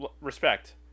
Respect